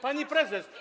Pani Prezes!